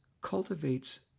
cultivates